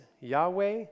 Yahweh